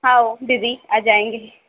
आओ दीदी आ जाएंगे जी